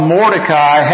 Mordecai